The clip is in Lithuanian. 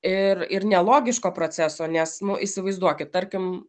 ir ir nelogiško proceso nes nu įsivaizduokit tarkim